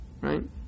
right